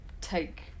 take